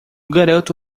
garoto